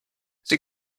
sie